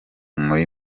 muri